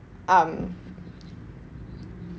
um